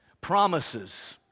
promises